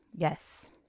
Yes